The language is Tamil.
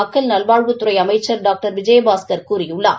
மக்கள் நல்வாழ்வுத்துறை அமைச்சர் டாக்டர் விஜயபாஸ்கர் கூறியுள்ளார்